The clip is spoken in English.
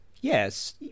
Yes